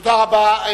תודה רבה.